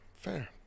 Fair